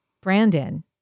Brandon